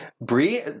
Brie